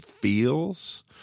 feels